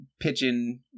pigeon